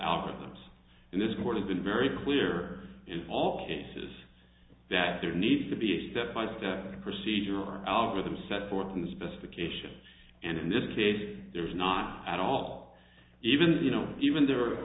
algorithms and this court has been very clear in all cases that there needs to be a step by step procedure algorithms set forth in the specifications and in this case there is not at all even the you know even there